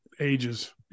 Ages